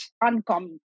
uncommon